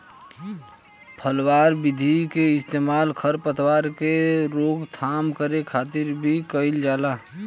पलवार विधि के इस्तेमाल खर पतवार के रोकथाम करे खातिर भी कइल जाला